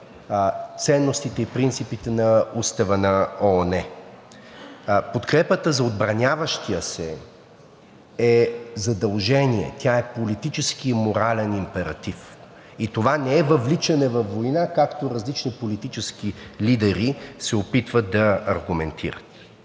ценностите и принципите на Устава на ООН. Подкрепата за отбраняващия се е задължение, тя е политически и морален императив и това не е въвличане във война, както различни политически лидери се опитват да аргументират.